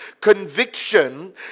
conviction